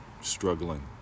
struggling